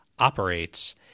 Operates